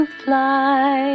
fly